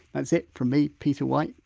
that's it from me, peter white,